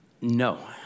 No